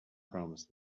promised